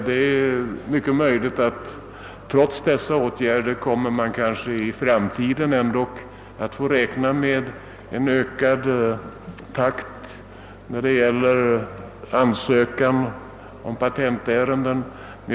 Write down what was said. Det är mycket möjligt att man trots dessa åtgärder i framtiden ändå kommer att få räkna med en ökad arbetsbörda i form av ansökningar i patentärenden.